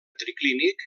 triclínic